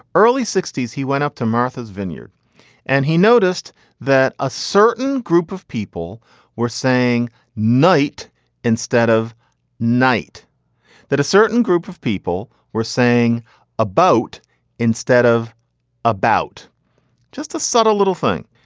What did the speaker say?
early sixty s. he went up to martha's vineyard and he noticed that a certain group of people were saying night instead of night that a certain group of people were saying a boat instead of about just a sort of little thing.